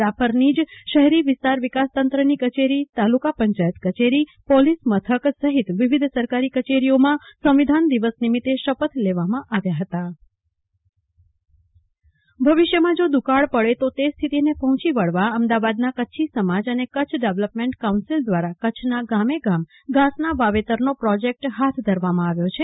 રાપરનોજ શહેરી વિસ્તાર વિકાસ તંત્રની કચેરીતાલુકા પંચાયત કચેરીપોલીસ મથક સહિત વિવિધ સરકારી કચેરીઓમાં સંવિધાન દિવસ નિમિતે શપથ લેવામાં આવ્યા હતા કલ્પના શાહ ઘાસચારા વાવેતર પ્રોજેક્ટ ભવિષ્યમાં જો દુષ્કાળ પડે તો તે સ્થિતિને પર્ણેયી વળવા અમદાવાદના કચ્છી સમાજ અને કચ્છ ડેવલપમેન્ટ કાઉન્સીલ દ્રારા કચ્છના ગામે ગામ ધાસના વાવેતરનો પ્રોજેક્ટ હાથ ધરવામાં આવ્યો છે